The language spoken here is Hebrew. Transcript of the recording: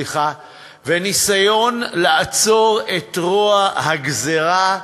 בניסיון לעצור את רוע הגזירה,